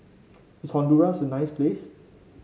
is Honduras a nice place